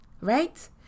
right